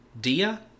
Dia